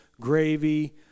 gravy